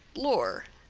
lore,